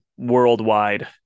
worldwide